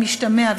משתמע,